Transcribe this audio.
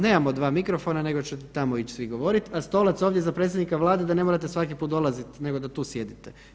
Nemamo dva mikrofona nego ćete svi tamo ići govoriti, a stolac ovdje za predsjednika Vlade da ne morate svaki put dolazit nego da tu sjedite.